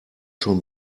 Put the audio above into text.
schon